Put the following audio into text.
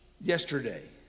yesterday